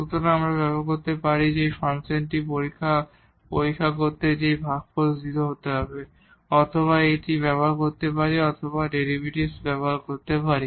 সুতরাং আমরা ডিফারেনশিবিলিটি ব্যবহার করতে পারি যেখানে ভাগফল 0 হবে অথবা আমরা ডেরিভেটিভ ব্যবহার করতে পারি